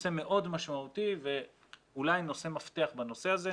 נושא מאוד משמעותי ואולי נושא מפתח בנושא הזה.